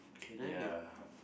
ya